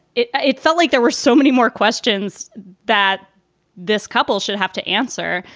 it it felt like there were so many more questions that this couple should have to answer.